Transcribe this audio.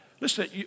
Listen